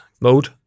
mode